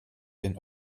den